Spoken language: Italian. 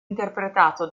interpretato